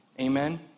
Amen